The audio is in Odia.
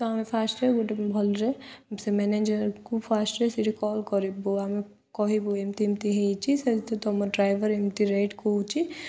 ତ ଆମେ ଫାର୍ଷ୍ଟରେ ଗୋଟେ ଭଲରେ ସେ ମ୍ୟାନେଜର୍କୁ ଫାର୍ଷ୍ଟରେ ସେଇଠି କଲ୍ କରିବୁ ଆମେ କହିବୁ ଏମିତି ଏମିତି ହେଇଛି ସେ ତ ତୁମର ଡ୍ରାଇଭର୍ ଏମିତି ରେଟ୍ କହୁଛି